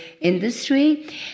industry